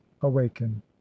awaken